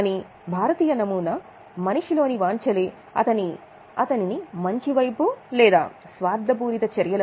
కానీ భారతీయ నమూనా మనిషిలోని వాంఛ లే అతనిని మంచి వైపు లేదా స్వార్థపూరిత చర్యలు వైపు నడిపిస్తాయి అని నమ్ముతుంది